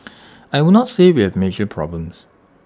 I would not say we have major problems